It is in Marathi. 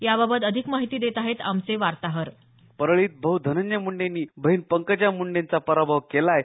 याबाबत अधिक माहिती देत आहेत आमचे वार्ताहर परळीत भाऊ धनंजय मुंडेंनी बहीण पंकजा मुंडेंचा पराभव केलाय